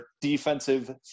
defensive